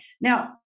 now